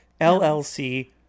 LLC